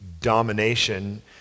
domination